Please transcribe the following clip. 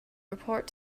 report